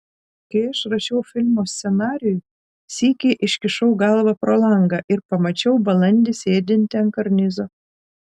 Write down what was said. kai aš rašiau filmo scenarijų sykį iškišau galvą pro langą ir pamačiau balandį sėdintį ant karnizo